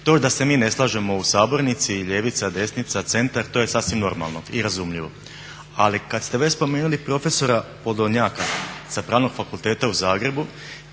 to da se mi ne slažemo u sabornici ljevica, desnica, centar to je sasvim normalno i razumljivo, ali kad ste već spomenuli prof. Podolnjaka sa Pravnog fakulteta u Zagrebu